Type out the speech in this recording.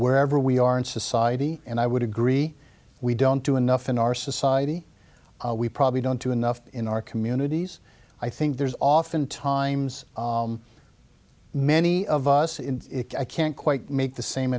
wherever we are in society and i would agree we don't do enough in our society we probably don't do enough in our communities i think there's often times many of us in it i can't quite make the same